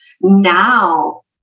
Now